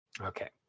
Okay